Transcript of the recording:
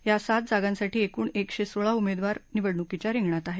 या सात जागांसाठी एकूण एकशे सोळा उमेदवार निवडणुकीच्या रिंगणात आहेत